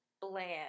bland